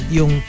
Yung